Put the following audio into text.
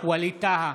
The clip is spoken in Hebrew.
ווליד טאהא,